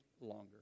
longer